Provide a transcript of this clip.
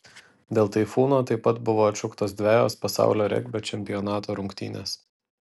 dėl taifūno taip pat buvo atšauktos dvejos pasaulio regbio čempionato rungtynės